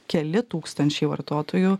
keli tūkstančiai vartotojų